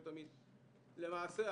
למעשה,